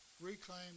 reclaim